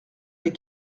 les